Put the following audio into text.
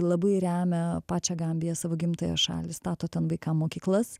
labai remia pačią gambiją savo gimtąją šalį stato ten vaikam mokyklas